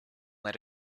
let